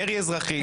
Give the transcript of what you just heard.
מרי אזרחי,